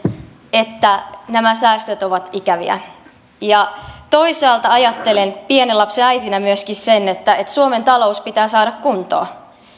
että nämä säästöt ovat ikäviä toisaalta ajattelen pienen lapsen äitinä myöskin niin että suomen talous pitää saada kuntoon